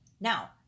Now